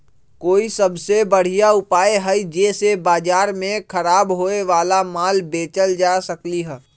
कोन सबसे बढ़िया उपाय हई जे से बाजार में खराब होये वाला माल बेचल जा सकली ह?